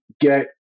get